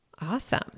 Awesome